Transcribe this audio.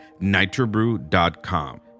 NitroBrew.com